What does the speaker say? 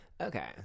Okay